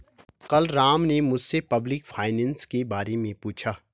कल राम ने मुझसे पब्लिक फाइनेंस के बारे मे पूछा